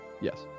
Yes